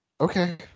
Okay